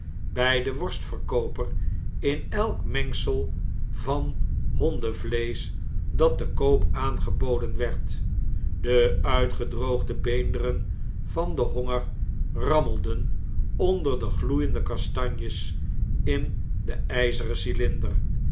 bjj den worstverkooper in elk mengsel vanhondevleesch dat te koop aangeboden werd de uitgedroogde beenderen van den honger rammelden onder de gloeiende kastanjes in den ijzeren cilinder